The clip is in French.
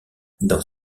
dans